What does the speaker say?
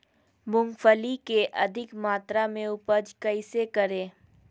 मूंगफली के अधिक मात्रा मे उपज कैसे करें?